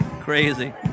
crazy